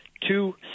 two